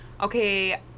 okay